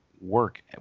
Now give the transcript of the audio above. work